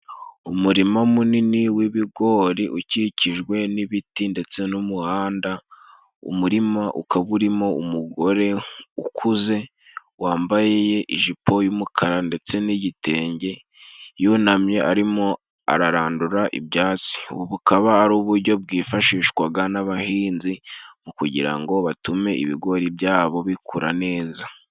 Umurima munini w'ibigori ukikijwe n'ibiti ndetse n'umuhanda; umurima ukaba urimo umugore ukuze wambaye ijipo y'umukara ndetse n'igitenge yunamye arimo ararandura ibyatsi, ubu bukaba ari ubujyo bwifashishwaga n'abahinzi kugira ngo batume ibigori byabo bikura neza.